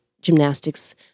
gymnastics